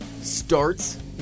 starts